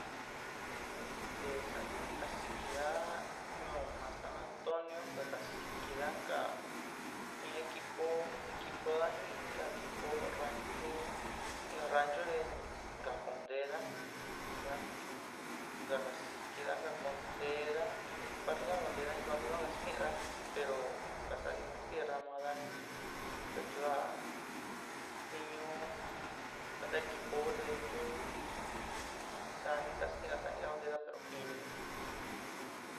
Esta sa´ña kasikidá ñuú ma san antonio ka kasikidá inka in a equipó equipodá jin inka equipó ranchú inka ranchú te ni ka kunténa, yuan te ka kasikidá ka kontéda in barriona konteda in barriona ja skinda pero ka sa'a divertirna maada pechúda ni ñuú kuenta equipo ku te tu saaniga skeeda saanida untedá pero in ni kú.